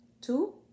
Two